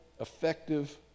effective